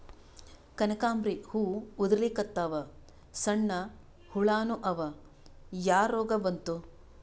ಕನಕಾಂಬ್ರಿ ಹೂ ಉದ್ರಲಿಕತ್ತಾವ, ಸಣ್ಣ ಹುಳಾನೂ ಅವಾ, ಯಾ ರೋಗಾ ಬಂತು?